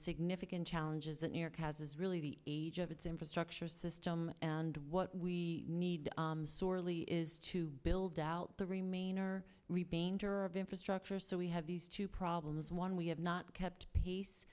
significant challenges that new york has is really the age of its infrastructure system and what we need sorely is to build out the remaining painter of infrastructure so we have these two problems one we have not kept pace